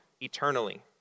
eternally